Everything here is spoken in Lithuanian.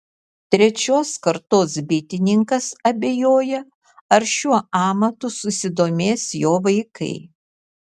trečios kartos bitininkas abejoja ar šiuo amatu susidomės jo vaikai